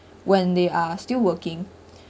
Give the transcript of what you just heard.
when they are still working